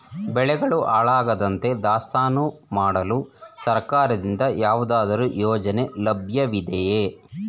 ಬೆಳೆಗಳು ಹಾಳಾಗದಂತೆ ದಾಸ್ತಾನು ಮಾಡಲು ಸರ್ಕಾರದಿಂದ ಯಾವುದಾದರು ಯೋಜನೆ ಲಭ್ಯವಿದೆಯೇ?